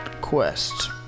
Quest